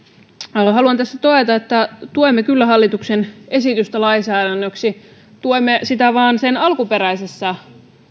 haluan haluan tässä todeta että tuemme kyllä hallituksen esitystä lainsäädännöksi tuemme sitä vain sen alkuperäisessä